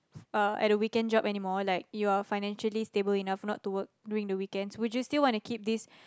uh at a weekend job anymore like you are financially stable enough not to work during the weekends would you still wanna keep this